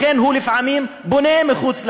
לכן הוא לפעמים בונה מחוץ למתאר.